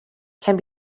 can